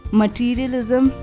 materialism